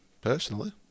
personally